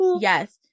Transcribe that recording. Yes